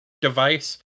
device